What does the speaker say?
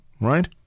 right